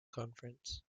conference